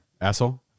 Asshole